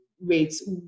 rates